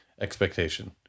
expectation